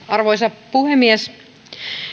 arvoisa puhemies